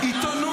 לפיד,